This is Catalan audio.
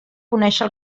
conéixer